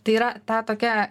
tai yra ta tokia